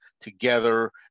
together